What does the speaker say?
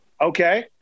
Okay